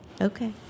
Okay